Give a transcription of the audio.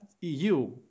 EU